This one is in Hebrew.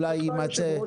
אדוני היושב-ראש,